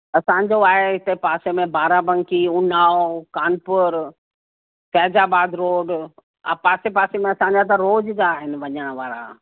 असांजो आहे हिते पासे में बाराबंकी ऊनाव कानपुर फ़ैजाबाद रोड हा पासे पासे में असांजा त रोज़ जा आहिनि वञण वारा